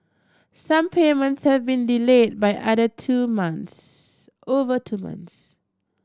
some payments have been delayed by other two months over two months